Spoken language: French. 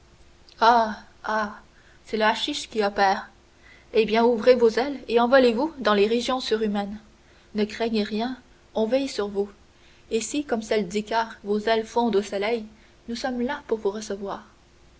c'est le hachisch qui opère eh bien ouvrez vos ailes et envolez vous dans les régions surhumaines ne craignez rien on veille sur vous et si comme celles d'icare vos ailes fondent au soleil nous sommes là pour vous recevoir